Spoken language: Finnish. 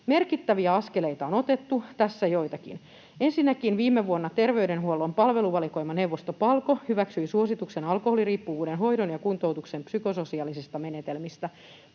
Merkittäviä askeleita on otettu. Tässä joitakin: Ensinnäkin viime vuonna terveydenhuollon palveluvalikoimaneuvosto PALKO hyväksyi suosituksen alkoholiriippuvuuden hoidon ja kuntoutuksen psykososiaalisista menetelmistä